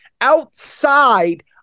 outside